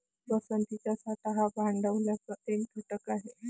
पसंतीचा साठा हा भाग भांडवलाचा एक घटक आहे